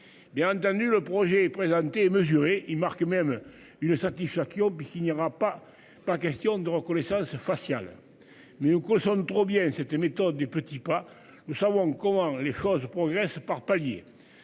Bien entendu. Le projet présenté mesuré il marque même une satisfaction puis s'il n'y aura pas, pas question de reconnaissance faciale mais on consomme trop bien c'était méthode des petits pas. Nous savons comment les choses progressent par palier.